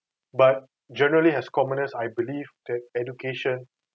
but generally as commoners I believe that education